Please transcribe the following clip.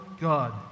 God